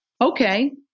Okay